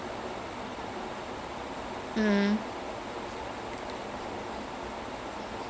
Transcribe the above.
you have you have the time to do it then also test out different futures different past